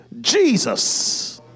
Jesus